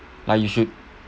that you should